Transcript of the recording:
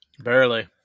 Barely